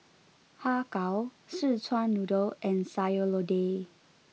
Har Kow Szechuan Noodle and Sayur Lodeh